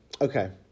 Okay